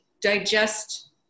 digest